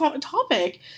topic